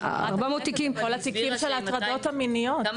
400 תיקים --- היא הסבירה שעם מאתיים